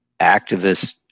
activists